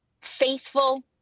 faithful